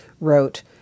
wrote